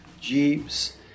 jeeps